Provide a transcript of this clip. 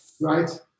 right